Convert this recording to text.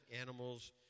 animals